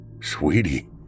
Sweetie